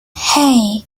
hey